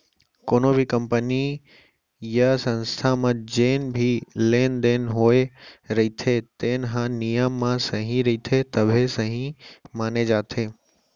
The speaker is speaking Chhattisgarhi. कोनो भी कंपनी य संस्था म जेन भी लेन देन होए रहिथे तेन ह नियम म सही रहिथे तभे सहीं माने जाथे